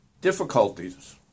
difficulties